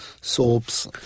soaps